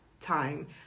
time